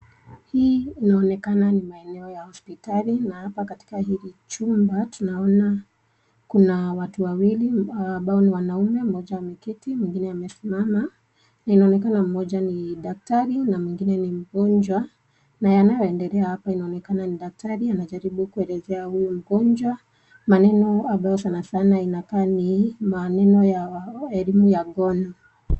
Hii inaonekana ni maeneo ya hospitali na hapa katika hili chumba tunaona kuna watu wawili ambao ni wanaume ,mmoja ameketi, mwingine amesimama na inaonekana mmoja ni daktari na mwingine ni mgonjwa na yanayoendelea hapa yanaonekana ni daktari anajaribu kuelezea huyu mgonjwa maneno ambayo sana sana ni maneno ya elimu ya ngono.